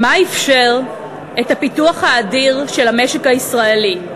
מה אִפשר את הפיתוח האדיר של המשק הישראלי,